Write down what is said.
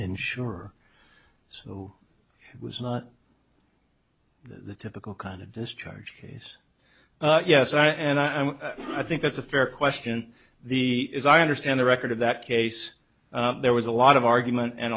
insurer so it was not the typical kind of discharge case yes i and i'm i think that's a fair question the as i understand the record of that case there was a lot of argument and